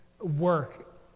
work